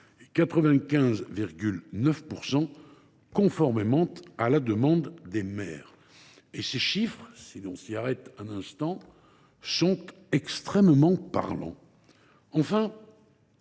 95,9 % conformément à la demande des mères ». Ces chiffres, si l’on s’y arrête un instant, sont extrêmement parlants. Enfin,